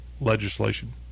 legislation